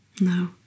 No